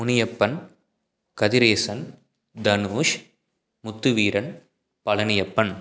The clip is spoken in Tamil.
முனியப்பன் கதிரேசன் தனுஷ் முத்துவீரன் பழனியப்பன்